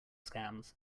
scams